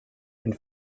and